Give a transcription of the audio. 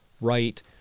right